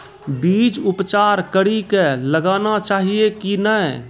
बीज उपचार कड़ी कऽ लगाना चाहिए कि नैय?